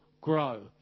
grow